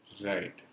right